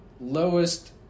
lowest